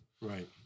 Right